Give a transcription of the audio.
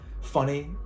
funny